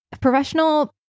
professional